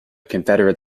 confederate